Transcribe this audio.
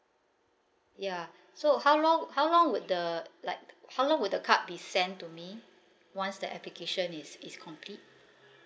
ya so how long how long would the like how long would the card be sent to me once the application is is complete